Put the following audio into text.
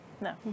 No